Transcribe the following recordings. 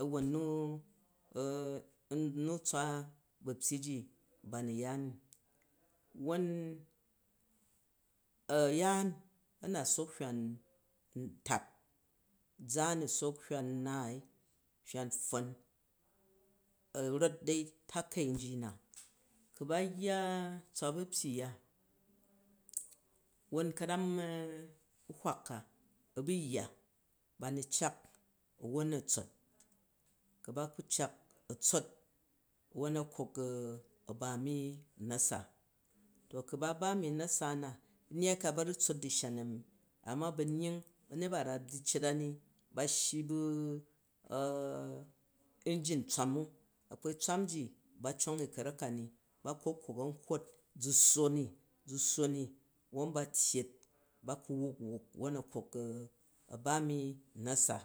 A wwon nu tswa bapyyi ji ba nu ya ni won ayaan a nu sook hywon tat ʒaan nu sook hywan naai hywon pffon a rat dau takai nji na. Ku ba yya tswa bapyyi uya, won kvam byuhk uaa bu yya, ba nu cak, a won a hot, ku ba ku cak a tsot wuwor a kok a ba mi re nana, ku ba ba nu u nasa na, nnpi ko ba nu tsot di shan a mi awa banying banyet ba ra byyi cet a ni ba shyi bu injin tswam u, akwai toukin ji ba cong i kwak ka ni, ba kok kok an kkwat ʒu sswo ni, ʒu sswo ni awon be tyyet, ba ku wuk u wuk won ba cok a ba nu u nasa,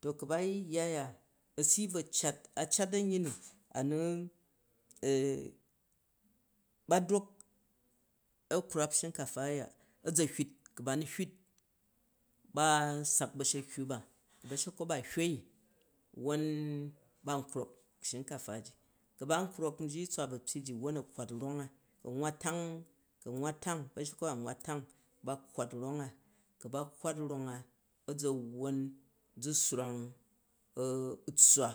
to ku ba yi yya aya, asobvo cat, a cat amyyi nu a nu ba drok a khrap shinkafa a ya ba drok a hyut ku ba nu hyut, ba sunk ba̱sahywu ba ku bushekkwot ba a hywoi won ban krok shinkafa ji, ku ban nkrok nji tswa bapyyi ji won ba kkwat langa, ku a nwwa tang, ku bashekkwat ba a nwwa tangi ba kkwat zong a, ku ba kkwar rong a, a ʒa wwon ʒu svorang u tswa